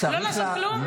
לא לעשות כלום?